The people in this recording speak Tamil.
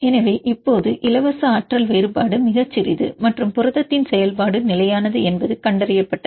எனவே இப்போது இலவச ஆற்றல் வேறுபாடு மிக சிறிது மற்றும் புரதத்தின் செயல்பாடு நிலையானது என்பது கண்டறிய பட்டது